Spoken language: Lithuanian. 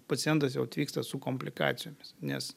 pacientas jau atvyksta su komplikacijomis nes